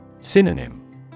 Synonym